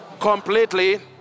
completely